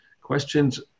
questions